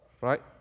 right